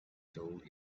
told